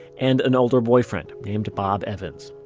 and an older boyfriend named bob evans.